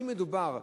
אם מדובר,